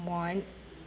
someone